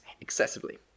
excessively